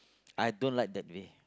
I don't like that way